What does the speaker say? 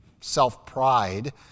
self-pride